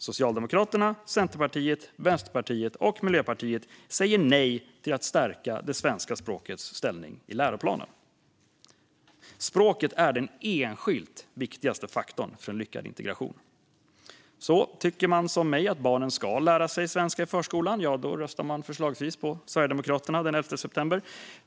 Socialdemokraterna, Centerpartiet, Vänsterpartiet och Miljöpartiet säger nej till att stärka det svenska språkets ställning i läroplanen. Språket är den enskilt viktigaste faktorn för lyckad integration. Tycker man som jag att barnen ska lära sig svenska i förskolan då röstar man förslagsvis på Sverigedemokraterna den 11 september.